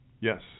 Yes